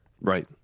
Right